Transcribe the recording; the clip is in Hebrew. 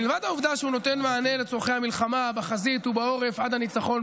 מלבד העובדה שהוא נותן מענה לצורכי המלחמה בחזית ובעורף עד לניצחון,